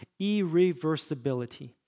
irreversibility